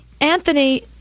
Anthony